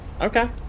Okay